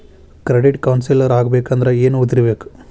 Credit counsellor ಆಗ್ಬೇಕಂದ್ರ ಏನ್ ಓದಿರ್ಬೇಕು?